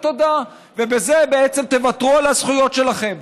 תודה ובזה בעצם תוותרו על הזכויות שלכם.